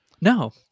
No